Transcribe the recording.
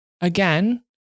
again